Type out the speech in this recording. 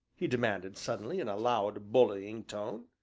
he demanded suddenly, in a loud, bullying tone.